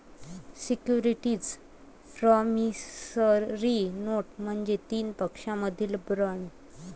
securities promissory note म्हणजे तीन पक्षांमधील बॉण्ड